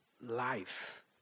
life